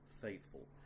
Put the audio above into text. faithful